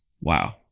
wow